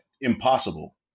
impossible